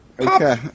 Okay